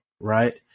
right